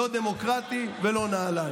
לא דמוקרטי ולא נעליים.